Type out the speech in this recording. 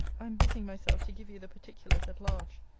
i am busying myself to give you the particulars at large.